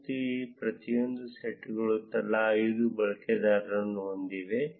ಮತ್ತು ಈ ಪ್ರತಿಯೊಂದು ಸೆಟ್ಗಳು ತಲಾ 5 ಬಳಕೆದಾರರನ್ನು ಹೊಂದಿವೆ